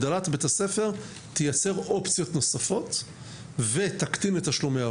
הגדלת בית הספר תייצר אופציות נוספות ותקטין את תשלומי ההורים,